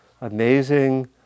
amazing